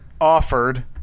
offered